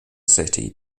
city